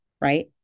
Right